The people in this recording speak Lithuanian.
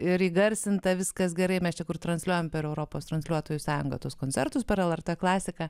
ir įgarsinta viskas gerai mes čia kur transliuojame per europos transliuotojų sąjunga tuos koncertus per lrt klasiką